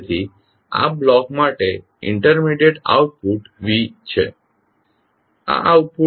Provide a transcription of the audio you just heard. તેથી આ બ્લોક માટે ઇન્ટરમેડીએટ આઉટપુટ V છે